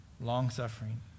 Long-suffering